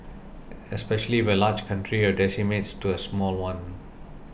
especially if a large country decimates to a small one